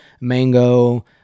mango